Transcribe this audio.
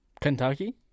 Kentucky